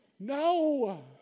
No